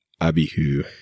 Abihu